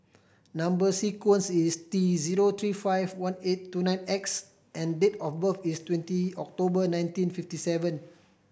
number sequence is T zero three five one eight two nine X and date of birth is twenty October nineteen fifty seven